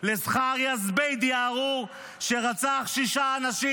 לזכריא זביידי הארור שרצח שישה אנשים?